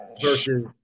versus